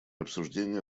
обсуждение